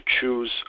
choose